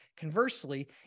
Conversely